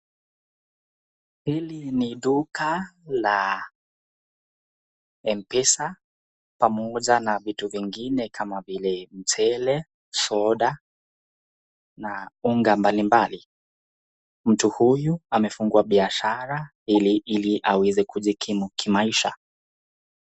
Hili ni duka la mpesa pamoja na vitu vingine kama vile mchele ,soda na unga mbali mbali , mtu huyu amefungua biashara ili aweze kujikimu kimaisha.